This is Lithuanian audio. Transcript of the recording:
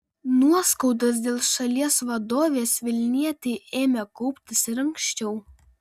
nuoskaudos dėl šalies vadovės vilnietei ėmė kauptis ir anksčiau